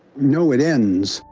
no, it ends.